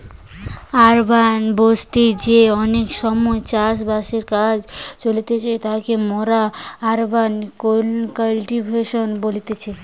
urban বসতি তে অনেক সময় চাষ বাসের কাজ চলতিছে যাকে মোরা আরবান কাল্টিভেশন বলতেছি